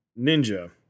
Ninja